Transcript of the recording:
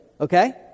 Okay